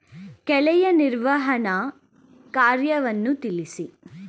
ಕಳೆಯ ನಿರ್ವಹಣಾ ಕಾರ್ಯವನ್ನು ತಿಳಿಸಿ?